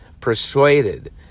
persuaded